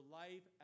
life